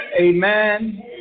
Amen